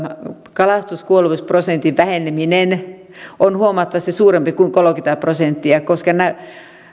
kalastuskuolevuusprosentin väheneminen on huomattavasti suurempi kuin kolmekymmentä prosenttia koska